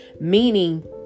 Meaning